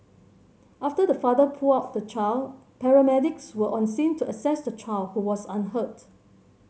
after the father pulled out the child paramedics were on scene to assess the child who was unhurt